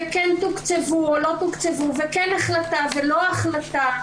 וכן תוקצבו או לא תוקצבו וכן החלטה ולא החלטה,